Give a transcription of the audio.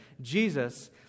Jesus